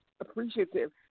appreciative